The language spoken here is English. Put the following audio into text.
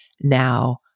now